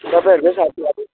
तपाईँहरूकै साथीहरू